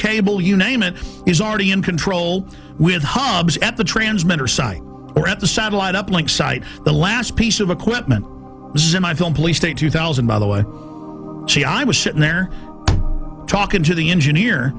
cable you name it is already in control with hobbs at the transmitter site or at the satellite uplink site the last piece of equipment state two thousand by the way she i was sitting there talking to the engineer